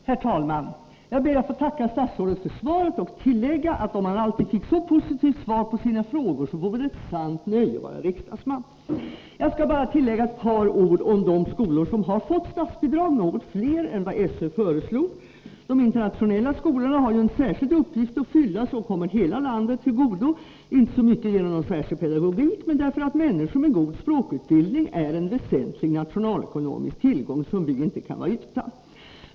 Herr talman! Jag ber att få tacka statsrådet för svaret och tillägga att om man alltid fick så positivt svar på sina frågor vore det ett sant nöje att vara riksdagsman. Jag skall bara tillägga ett par ord om de skolor som nu fått statsbidrag; det är något fler än SÖ föreslog. De internationella skolorna har en särskild uppgift att fylla, vilket kommer hela landet till godo, inte så mycket genom någon särskild pedagogik men därför att människor med god språkutbildning är en väsentlig nationalekonomisk tillgång som vi inte kan vara utan.